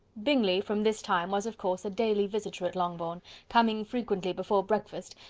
bingley, from this time, was of course a daily visitor at longbourn coming frequently before breakfast,